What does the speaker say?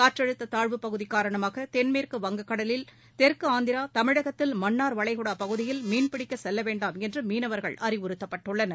காற்றழுத்த தாழ்வுப்பகுதி காரணமாக தென்மேற்கு வங்கக்கடலில் தெற்கு ஆந்திரா தமிழகத்தில் மன்னார் வளைகுடா பகுதியில் மீன்பிடிக்க செல்ல வேண்டாம் என்று மீனவர்கள் அறிவுறுத்தப்பட்டுள்ளனர்